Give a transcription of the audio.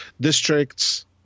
districts